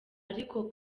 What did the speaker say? ariko